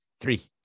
Three